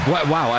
Wow